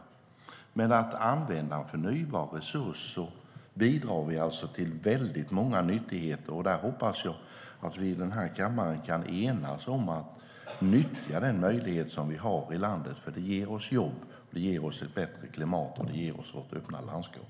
Men genom att använda förnybara resurser bidrar vi till väldigt många nyttigheter. Jag hoppas att vi i denna kammare kan enas om att nyttja den möjlighet som vi har i landet, för det ger oss jobb, det ger oss ett bättre klimat och det ger oss vårt öppna landskap.